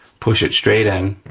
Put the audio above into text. push it straight in.